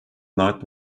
not